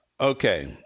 Okay